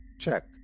check